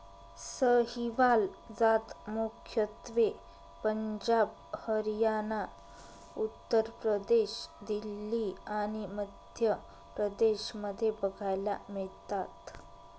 सहीवाल जात मुख्यत्वे पंजाब, हरियाणा, उत्तर प्रदेश, दिल्ली आणि मध्य प्रदेश मध्ये बघायला मिळतात